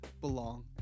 belong